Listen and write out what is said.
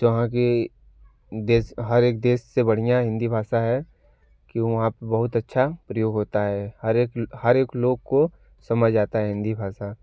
जहाँ की देश हर एक देश से बढ़िया हिंदी भाषा है कि वहाँ पर बहुत अच्छा प्रयोग होता है हर एक हर एक लोग को समझ आता है हिंदी भाषा